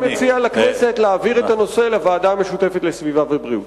אני מציע לכנסת להעביר את הנושא לוועדה המשותפת לסביבה ובריאות.